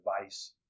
device